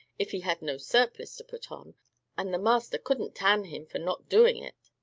if he had no surplice to put on and the master couldn't tan him for not doing it.